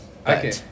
Okay